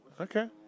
Okay